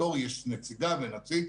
אנחנו פונים לאנשים האלה.